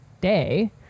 day